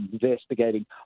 investigating